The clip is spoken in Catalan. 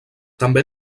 també